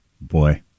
boy